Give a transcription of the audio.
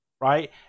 right